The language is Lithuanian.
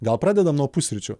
gal pradedam nuo pusryčių